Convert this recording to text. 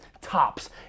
tops